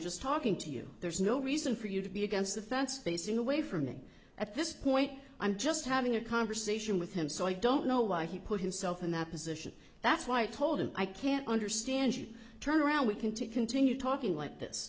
just talking to you there's no reason for you to be against the fence facing away from me at this point i'm just having a conversation with him so i don't know why he put himself in that position that's why i told him i can't understand you turn around we can to continue talking like this